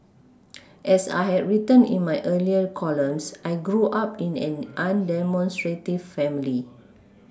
as I had written in my earlier columns I grew up in an undemonstrative family